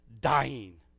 dying